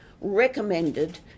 recommended